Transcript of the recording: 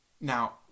Now